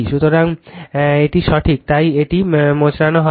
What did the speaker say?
সুতরাং এটি সঠিক তাই এটি মোচড়ানো নয়